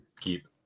Keep